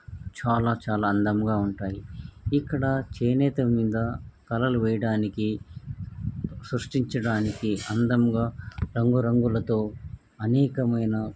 చాలా చాలా అందంగా ఉంటాయి ఇక్కడ చేనేత మీద కళలు వేయడానికి సృష్టించడానికి అందంగా రంగు రంగులతో అనేకమైన